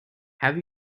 have